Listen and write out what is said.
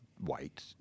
white